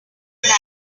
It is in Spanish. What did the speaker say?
queda